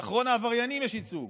לאחרון העבריינים יש ייצוג.